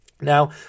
Now